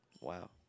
Wow